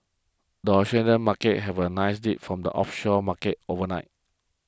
the Australian Markets have a nice lead from the offshore markets overnight